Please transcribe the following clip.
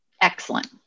Excellent